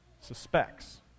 suspects